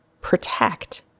protect